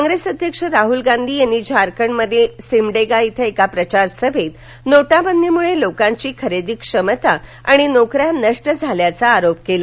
कॉप्रेस अध्यक्ष राहूल गांधी यांनी झारखंडमध्ये सिमदेगा इथे एका प्रचार सभेत नोटाबंदीमुळे लोकांची खरेदी क्षमता आणि नोकऱ्या नष्ट झाल्याचा आरोप केला